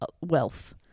wealth